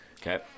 okay